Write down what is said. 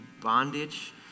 bondage